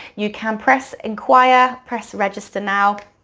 you can press inquire, press register now,